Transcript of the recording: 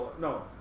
No